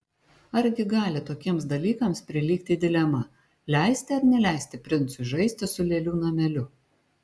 argi gali tokiems dalykams prilygti dilema leisti ar neleisti princui žaisti su lėlių nameliu